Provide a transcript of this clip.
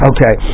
Okay